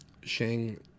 Shang